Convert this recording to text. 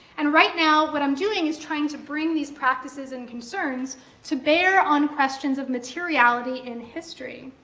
and right now, what i'm doing is trying to bring these practices and concerns to bear on questions of materiality in history.